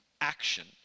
action